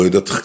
Dat